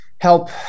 help